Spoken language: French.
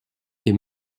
est